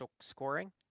scoring